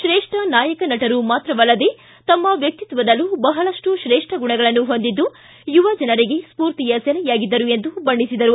ಶ್ರೇಷ್ಠ ನಾಯಕ ನಟರು ಮಾತ್ರವಲ್ಲದೇ ತಮ್ಮ ವ್ಯಕ್ತಿತ್ವದಲ್ಲೂ ಬಹಳಷ್ಟು ಶ್ರೇಷ್ಠ ಗುಣಗಳನ್ನು ಹೊಂದಿದ್ದು ಯುವಜನರಿಗೆ ಸ್ಪೂರ್ತಿಯ ಸೆಲೆಯಾಗಿದ್ದರು ಎಂದು ಬಣ್ಣೆಸಿದರು